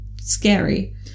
scary